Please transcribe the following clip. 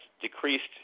decreased